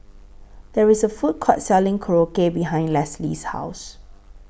There IS A Food Court Selling Korokke behind Leslee's House